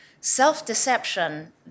self-deception